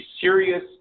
serious